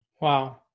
wow